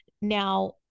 Now